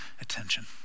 attention